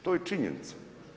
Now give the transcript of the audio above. To je činjenica.